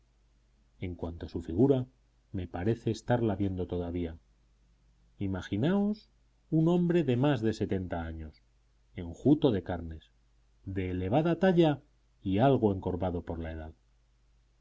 en cuanto a su figura me parece estarla viendo todavía imaginaos un hombre de más de setenta años enjuto de carnes de elevada talla y algo encorvado por la edad